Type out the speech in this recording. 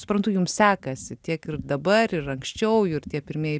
suprantu jums sekasi tiek ir dabar ir anksčiau ir tie pirmieji